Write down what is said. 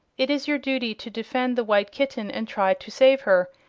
it is your duty to defend the white kitten and try to save her,